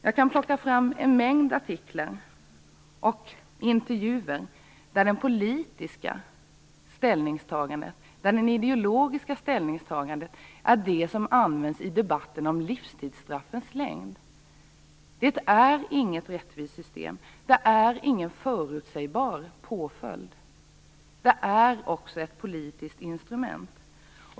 Jag kan plocka fram en mängd artiklar och intervjuer där politiska och ideologiska ställningstaganden används i debatten om livstidsstraffens längd. Det är inget rättvist system. Det är ingen förutsägbar påföljd, utan det är också ett politiskt instrument.